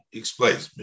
explains